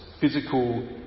physical